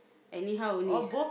anyhow only